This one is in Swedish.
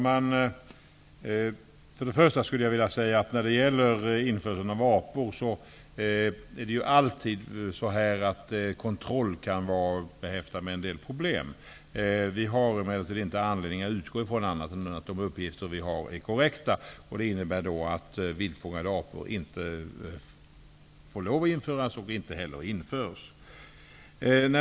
Herr talman! När det gäller införsel av apor vill jag säga att kontroll alltid kan vara behäftad med en del problem. Vi har emellertid inte anledning att utgå från annat än att de uppgifter vi har är korrekta. Det innebär att viltfångade apor inte får införas och inte heller införs.